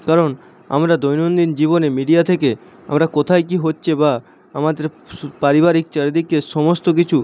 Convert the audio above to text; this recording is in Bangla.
কারণ আমরা দৈনন্দিন জীবনে মিডিয়া থেকে আমরা কোথায় কী হচ্ছে বা আমাদের সু পারিবারিক চারিদিকের সমস্ত কিছু